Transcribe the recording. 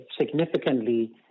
significantly